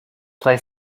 play